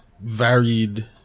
varied